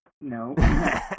No